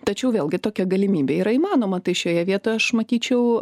tačiau vėlgi tokia galimybė yra įmanoma tai šioje vietoj aš matyčiau